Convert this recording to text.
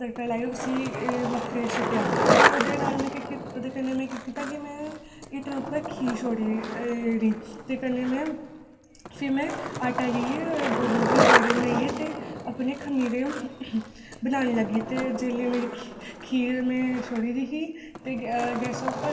थोह्ड़ी बहुत करदे ते बड़ा बड़ा करदे न ते असें केह् करना ग्रांईं लोकें किश निं करी सकदे असें ते गरीबें लोकें इयै किश करना जो बी जुड़ेआ बनेआ सारें गी खिलाओ पिलाओ खुशी खुशियै थोह्ड़ी बहोत होऐ अपने मन शरधा कन्नै देओ कुसै रोह् बरोध निं करो